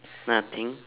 nothing